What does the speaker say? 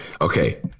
Okay